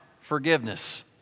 forgiveness